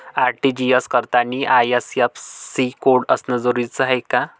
RTGS करतांनी IFSC code असन जरुरी रायते का?